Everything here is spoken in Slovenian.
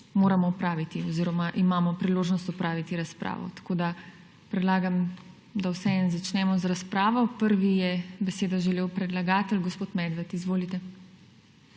razpravo opraviti oziroma imamo priložnost opraviti razpravo. Predlagam, da vseeno začnemo z razpravo. Prvi je besedo želel predlagatelj gospod Medved. Izvolite.